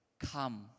come